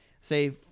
Say